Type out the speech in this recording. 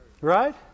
Right